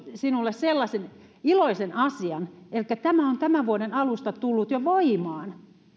sinulle sellaisen iloisen asian että tämä on tämän vuoden alusta tullut jo voimaan